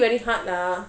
but F&B very hard lah